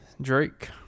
Drake